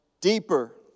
deeper